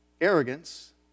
Arrogance